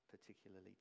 particularly